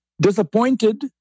Disappointed